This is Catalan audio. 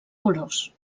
colors